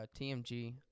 TMG